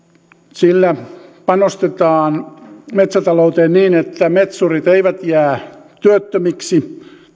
sillä panostetaan metsätalouteen niin että metsurit eivät jää työttömiksi